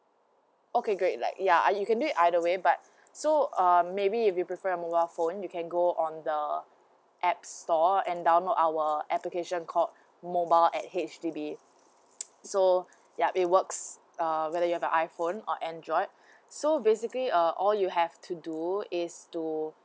okay great like ya uh you can do it either way but so err maybe you prefer mobile phone you can go on the apps store and download our application called mobile at H_D_B so ya it works err whether you are a iphone or android so basically uh all you have to do is to